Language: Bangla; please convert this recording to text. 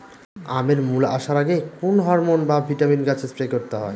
আমের মোল আসার আগে কোন হরমন বা ভিটামিন গাছে স্প্রে করতে হয়?